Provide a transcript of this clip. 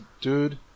dude